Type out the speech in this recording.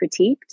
critiqued